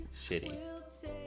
shitty